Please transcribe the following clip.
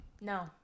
No